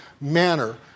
manner